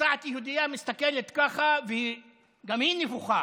נוסעת יהודייה מסתכלת ככה, וגם היא נבוכה.